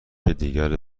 دیگر